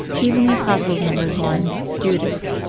even the apostles numbered one judas!